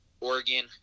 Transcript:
Oregon